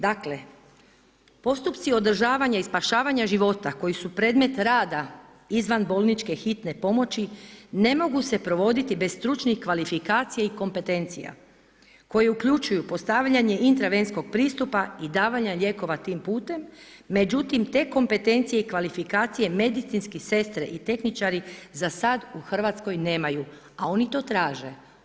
Dakle, postupci održavanja i spašavanja života koji su predmet rada izvanbolničke Hitne pomoći, ne mogu se provoditi bez stručnih kvalifikacija i kompetencija koje uključuju postavljanje intravenskog pristupa i davanja lijekova tim putem međutim te kompetencije i kvalifikacije medicinske sestre i tehničari zasad u Hrvatskoj nemaju. a oni to traže.